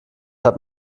hat